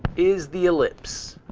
is the ellipse.